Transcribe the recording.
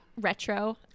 Retro